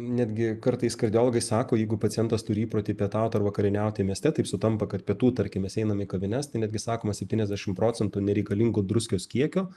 netgi kartais kardiologai sako jeigu pacientas turi įprotį pietaut ar vakarieniauti mieste taip sutampa kad pietų tarkim mes einam į kavines tai netgi sakoma septyniasdešim procentų nereikalingo druskos kiekio